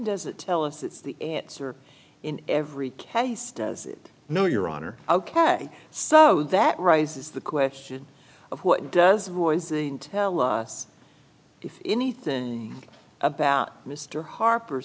does it tell us it's the answer in every case does it know your honor ok so that rises the question of what does a voice tell us if anything about mr harper